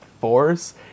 force